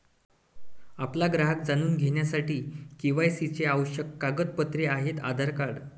आपला ग्राहक जाणून घेण्यासाठी के.वाय.सी चे आवश्यक कागदपत्रे आहेत आधार कार्ड